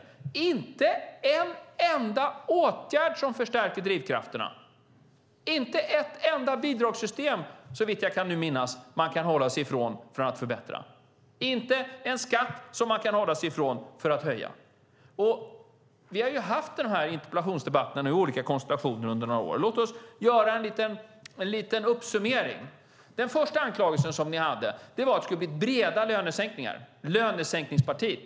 Det är inte en enda åtgärd som förstärker drivkrafterna, inte ett enda bidragssystem, såvitt jag kan minnas, som de kan hålla sig ifrån att förbättra och inte en skatt som de kan hålla sig ifrån att höja. Vi har haft dessa interpellationsdebatter i olika konstellationer under några år. Låt oss göra en liten uppsummering. Den första anklagelsen som ni hade var att det skulle bli breda lönesänkningar. Ni talade om lönesänkningspartiet.